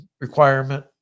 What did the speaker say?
requirement